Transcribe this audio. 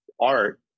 art